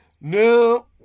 No